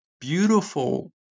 beautiful